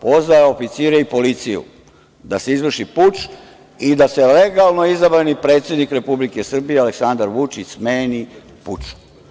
Pozvao oficire i policiju da se izvrši puč i da se legalno izabrani predsednik Republike Srbije Aleksandar Vučić, smeni pučom?